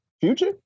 Future